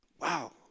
Wow